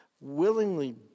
Willingly